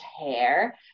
hair